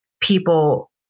people